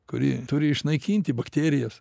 kuri turi išnaikinti bakterijas